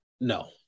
No